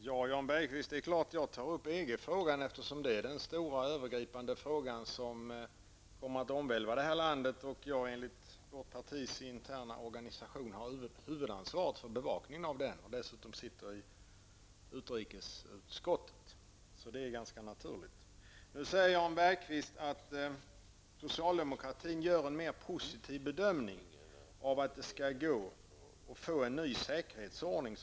Herr talman! Det är klart, Jan Bergqvist, att jag tar upp EG-frågan, eftersom detta är den stora och övergripande fråga som kommer att betyda en omvälvning för det här landet. Enligt vårt partis interna organisation har jag också huvudansvaret för bevakningen av denna fråga. Dessutom sitter jag i utrikesutskottet. Nyss sade Jan Bergqvist att socialdemokratin gör en mer positiv bedömning när det gäller att få en ny säkerhetsordning.